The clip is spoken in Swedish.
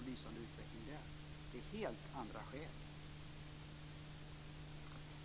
Det är helt andra skäl till detta.